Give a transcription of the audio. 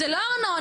זה לא ארנונה.